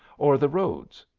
or the roads.